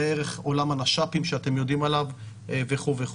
והערך עולם הנש"פים שאתם יודעים עליו וכו' וכו'.